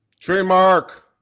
Trademark